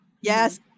Yes